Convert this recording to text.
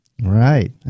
Right